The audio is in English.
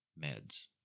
meds